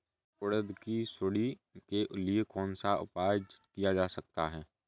उड़द की सुंडी के लिए कौन सा उपाय किया जा सकता है?